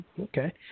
Okay